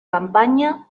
campaña